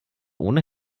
ohne